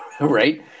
right